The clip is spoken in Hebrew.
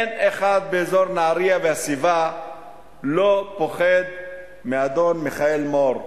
אין אחד באזור נהרייה והסביבה שלא פוחד מאדון מיכאל מור.